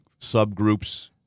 subgroups